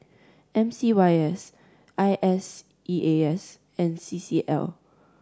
M C Y S I S E A S and C C L